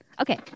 okay